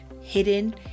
hidden